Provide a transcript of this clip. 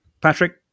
Patrick